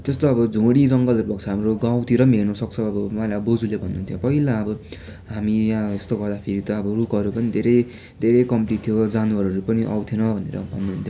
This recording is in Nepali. त्यस्तो अब झोडी जङ्घलहरू भएको छ अब हाम्रो गाउँतिर हेर्न अब मलाई बोजूले भन्नु हुन्थ्यो पहिला अब हामी यहाँ यस्तो गर्दा फेरि त अब रुखहरू पनि धेरै धेरै कम्ती थियो जनावरहरू पनि आउँथेन भनेर भन्नु हुन्थ्यो